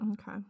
Okay